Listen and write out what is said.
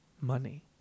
Money